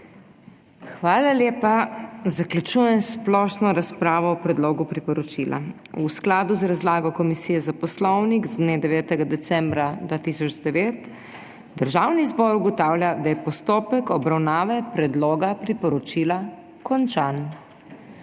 Hvala lepa. Zaključujem splošno razpravo o predlogu priporočila. V skladu z razlago Komisije za Poslovnik z dne 9. decembra 2009, Državni zbor ugotavlja, da je postopek obravnave predloga priporočila končan.